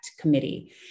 committee